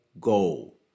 goal